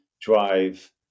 drive